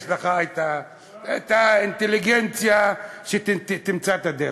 יש לך את האינטליגנציה שתמצא את הדרך.